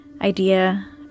idea